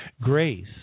grace